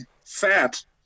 fat